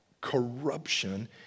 corruption